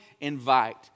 invite